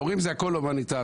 ואומרים: זה הכול הומניטרי.